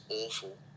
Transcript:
awful